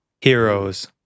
Heroes